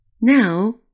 Now